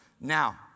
Now